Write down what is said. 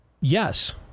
Yes